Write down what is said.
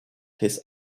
his